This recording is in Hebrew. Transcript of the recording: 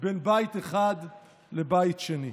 מבית אחד לבית שני?